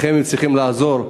לכן הם צריכים לעזור,